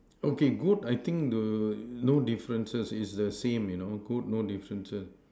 okay good I think err no differences is the same you know good no differences